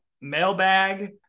mailbag